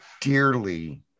dearly